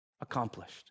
accomplished